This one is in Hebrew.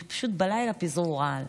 כי פשוט בלילה פיזרו רעל.